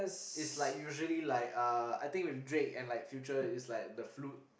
is like usually like uh I think with Drake and like Future is the flute